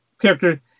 character